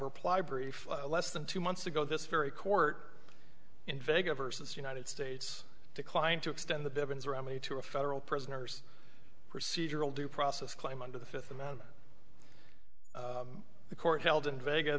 reply brief less than two months ago this very court in vega versus united states declined to extend the buildings around me to a federal prisoners procedural due process claim under the fifth amendment the court held in vega